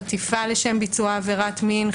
חטיפה לשם ביצוע עבירת מין,